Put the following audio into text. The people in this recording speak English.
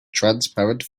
transparent